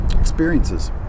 Experiences